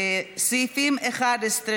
לסעיפים 11,